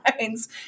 lines